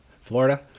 Florida